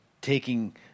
taking